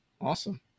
Awesome